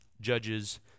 judges